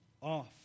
off